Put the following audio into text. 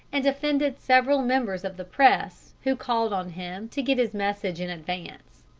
and offended several members of the press who called on him to get his message in advance.